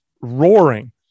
roaring